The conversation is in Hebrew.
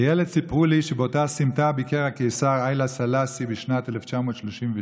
כילד סיפרו לי שבאותה סמטה ביקר הקיסר היילה סלאסי בשנת 1936,